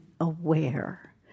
aware